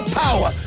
power